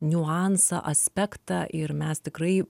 niuansą aspektą ir mes tikrai